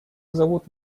зовут